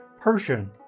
Persian